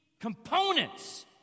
Components